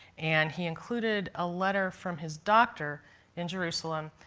and he included a letter from his doctor in jerusalem,